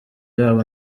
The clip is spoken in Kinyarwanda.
yabo